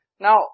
Now